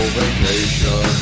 vacation